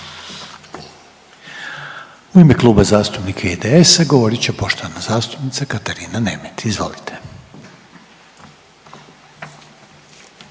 U ime Kluba zastupnika IDS-a govorit će poštovana zastupnica Katarina Nemet. Izvolite.